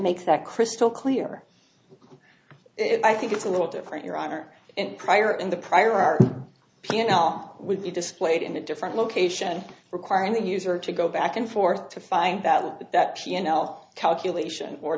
makes that crystal clear and i think it's a little different your honor and prior in the prior are you know would be displayed in a different location requiring the user to go back and forth to find that that p and l calculation or